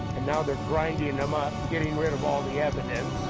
and now they're grinding them up, getting rid of all the evidence.